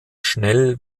schnell